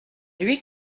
lui